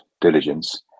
diligence